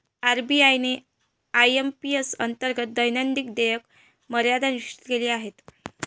RBI ने IMPS अंतर्गत दैनंदिन देयक मर्यादा निश्चित केली आहे